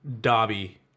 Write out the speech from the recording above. Dobby